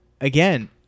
again